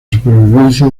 supervivencia